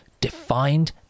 defined